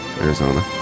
Arizona